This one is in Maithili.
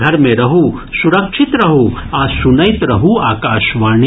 घर मे रहू सुरक्षित रहू आ सुनैत रहू आकाशवाणी